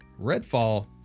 Redfall